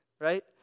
right